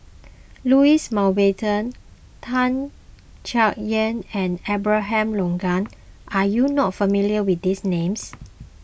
Louis Mountbatten Tan Chay Yan and Abraham Logan are you not familiar with these names